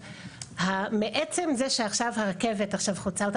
מעצם זה שעכשיו הרכבת חוצה אותנו,